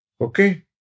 Okay